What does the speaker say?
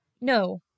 no